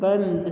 बंद